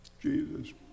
Jesus